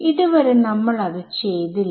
ഇതുവരെ നമ്മൾ അത് ചെയ്തില്ല